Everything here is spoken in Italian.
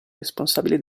responsabile